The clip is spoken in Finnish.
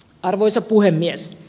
arvoisa puhemies